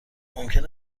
ممکن